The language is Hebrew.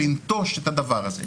לנטוש את הדבר הזה,